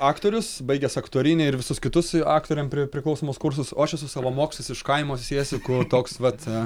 aktorius baigęs aktorinį ir visus kitus aktoriams pri priklausomus kursus o aš esu savamokslis iš kaimo siesikų toks vat